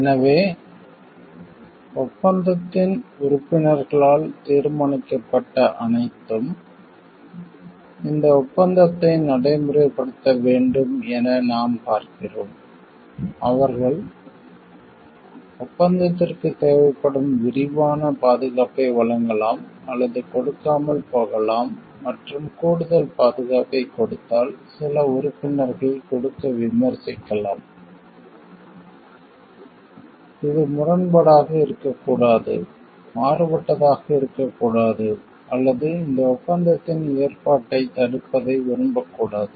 எனவே ஒப்பந்தத்தின் உறுப்பினர்களால் தீர்மானிக்கப்பட்ட அனைத்தும் இந்த ஒப்பந்தத்தை நடைமுறைப்படுத்த வேண்டும் என நாம் பார்க்கிறோம் அவர்கள் ஒப்பந்தத்திற்குத் தேவைப்படும் விரிவான பாதுகாப்பை வழங்கலாம் அல்லது கொடுக்காமல் போகலாம் மற்றும் கூடுதல் பாதுகாப்பைக் கொடுத்தால் சில உறுப்பினர்கள் கொடுக்க விமர்சிக்கலாம் இது முரண்பாடாக இருக்கக்கூடாது மாறுபட்டதாக இருக்கக்கூடாது அல்லது இந்த ஒப்பந்தத்தின் ஏற்பாட்டைத் தடுப்பதை விரும்பக்கூடாது